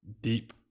deep